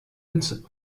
its